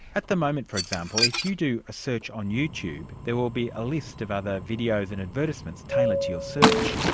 at the moment, for example, if you do a search on youtube, there will be a list of other videos and advertisements tailored to your search,